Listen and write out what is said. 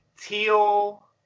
teal